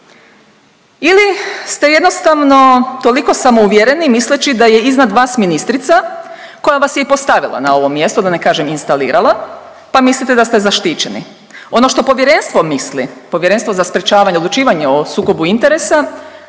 ili ste jednostavno toliko samouvjereni misleći da je iznad vas ministrica koja vas je i postavila na ovo mjesto da ne kažem instalirala pa mislite da ste zaštićeni. Ono što povjerenstvo misli, Povjerenstvo za sprječavanje odlučivanja o sukobu interesa